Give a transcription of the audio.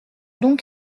donc